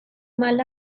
mal